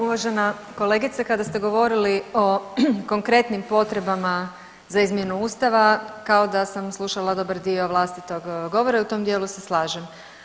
Uvažena kolegice, kada ste govorili o konkretnim potrebama za izmjenu ustava kao da sam slušala dobar dio vlastitog govora i u tom dijelu se slažem.